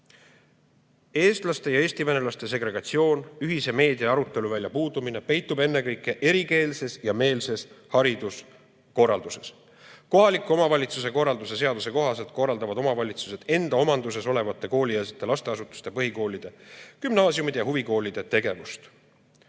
Eestlaste ja Eesti venelaste segregatsioon, ühise meedia- ja aruteluvälja puudumine peitub ennekõike erikeelses ja -meelses hariduskorralduses. Kohaliku omavalitsuse korralduse seaduse kohaselt korraldavad omavalitsused enda omanduses olevate koolieelsete lasteasutuste, põhikoolide, gümnaasiumide ja huvikoolide tegevust.